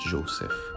Joseph